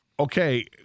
okay